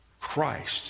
Christ